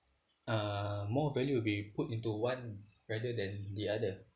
uh more value will be put into one rather than the other